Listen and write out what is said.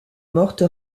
morte